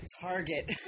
target